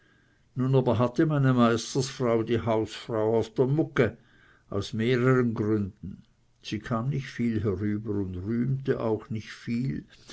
nun aber hatte meine meisterfrau die hausfrau auf der mugge aus mehreren gründen sie kam nicht viel herüber und rühmte auch nicht viel